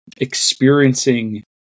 experiencing